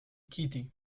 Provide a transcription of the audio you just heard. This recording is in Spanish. kitty